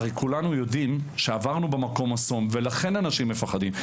הרי כולנו יודעים שחווינו במקום הזה אסון ולכן אנשים מפחדים.